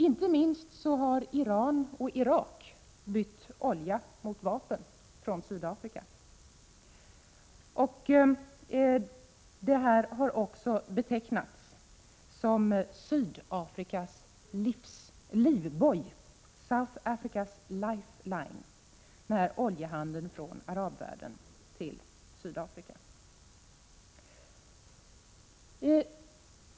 Inte minst har Iran och Irak bytt olja mot vapen från Sydafrika. Denna oljehandel med arabvärlden har betecknats som Sydafrikas livboj, South Africa's life line.